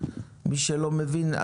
מי שלא מבין,